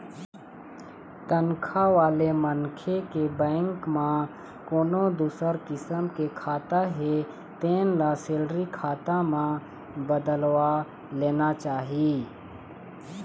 तनखा वाले मनखे के बेंक म कोनो दूसर किसम के खाता हे तेन ल सेलरी खाता म बदलवा लेना चाही